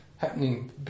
happening